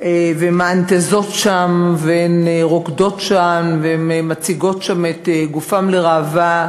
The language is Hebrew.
ומענטזות שם ורוקדות שם ומציגות שם את גופן לראווה.